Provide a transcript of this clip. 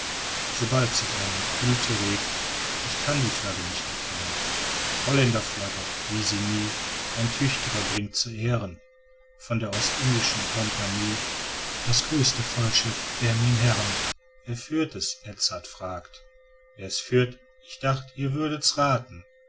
sobald sich eine kühlte regt ich kann die flagge nicht erkennen holländer flagge wie sie nie ein tüchtigerer bringt zu ehren von der ostindischen compagnie das größte vollschiff der mynheeren wer führt es edzard wieder fragt wer's führt ich dacht ihr würdet's rathen